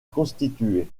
constituer